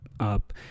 up